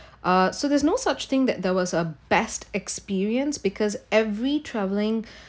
uh so there's no such thing that there was a best experience because every travelling